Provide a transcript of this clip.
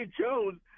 Jones